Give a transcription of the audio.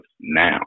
now